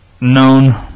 known